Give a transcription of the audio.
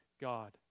God